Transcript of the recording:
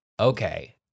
okay